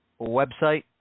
website